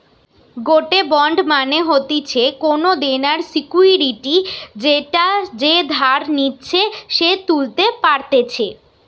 গটে বন্ড মানে হতিছে কোনো দেনার সিকুইরিটি যেটা যে ধার নিচ্ছে সে তুলতে পারতেছে